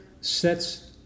sets